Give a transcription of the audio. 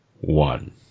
one